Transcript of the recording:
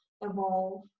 evolve